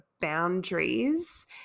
boundaries